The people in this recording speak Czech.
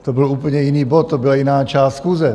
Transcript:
To byl úplně jiný bod, to byla jiná část schůze.